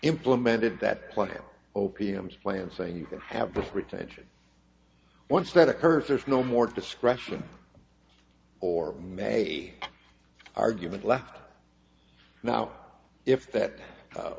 implemented that plan o p m plan saying you can have the retention once that occurs there's no more discretion or may argument left now if that